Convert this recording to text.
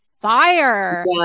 fire